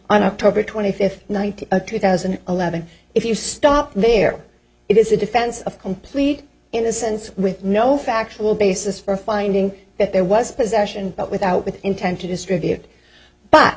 on october twenty fifth two thousand and eleven if you stop there it is a defense of complete innocence with no factual basis for finding that there was possession but without with intent to distribute but